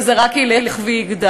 וזה רק ילך ויגדל.